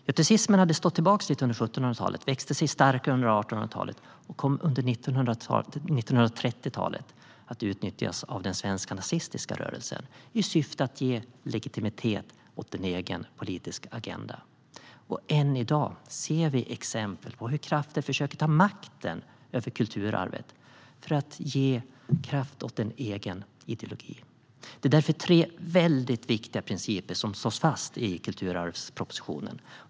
Göticismen stod tillbaka lite under 1700-talet men växte sig stark under 1800-talet och kom under 1930-talet att utnyttjas av den svenska nazistiska rörelsen i syfte att ge legitimitet åt en egen politisk agenda. Än i dag ser vi exempel på hur krafter försöker ta makten över kulturarvet för att stärka en egen ideologi. Det är därför tre viktiga principer slås fast i kulturarvspropositionen.